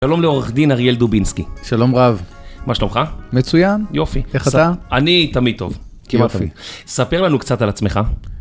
שלום לעורך דין אריאל דובינסקי. שלום רב. מה שלומך? מצוין. יופי. איך אתה? אני תמיד טוב. כמעט תמיד. יופי. ספר לנו קצת על עצמך.